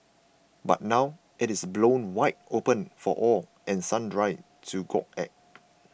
but now it is blown wide open for all and sundry to gawk at